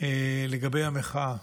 לגבי המחאה,